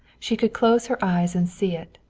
she could close her eyes and see it,